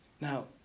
Now